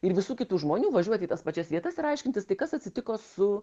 ir visų kitų žmonių važiuot į tas pačias vietas ir aiškintis tai kas atsitiko su